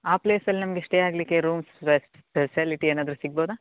ಆ ಪ್ಲೇಸಲ್ಲಿ ನಮಗೆ ಸ್ಟೇ ಆಗಲಿಕ್ಕೆ ರೂಮ್ಸ್ ಫೆಸಲಿಟಿ ಏನಾದರೂ ಸಿಗ್ಬೌದಾ